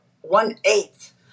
one-eighth